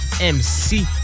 MC